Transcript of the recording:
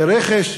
זה רכש,